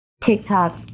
TikTok